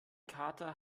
kater